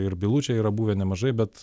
ir bylų čia yra buvę nemažai bet